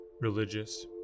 religious